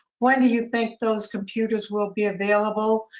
when do you think those computers will be available